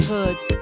Hood